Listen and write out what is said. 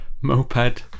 moped